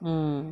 mm